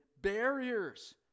barriers